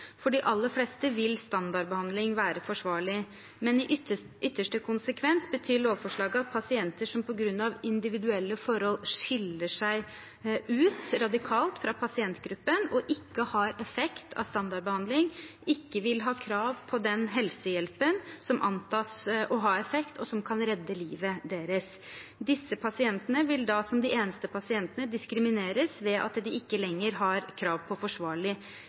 For de aller fleste vil standardbehandling være forsvarlig, men i ytterste konsekvens betyr lovforslaget at pasienter som på grunn av individuelle forhold skiller seg radikalt ut fra pasientgruppen og ikke har effekt av standardbehandling, ikke vil ha krav på den helsehjelpen som antas å ha effekt, og som kan redde livet deres. Disse pasientene vil da som de eneste pasientene diskrimineres, ved at de ikke lenger har krav på forsvarlig